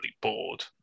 bored